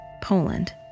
Poland